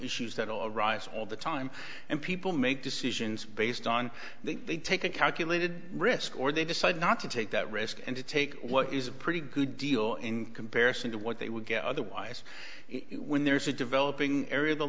issues that will arise all the time and people make decisions based on the they take a calculated risk or they decide not to take that risk and to take what is a pretty good deal in comparison to what they would get otherwise when there is a developing area